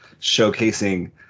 showcasing